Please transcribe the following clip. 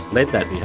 led that